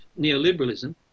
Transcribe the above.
neoliberalism